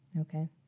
Okay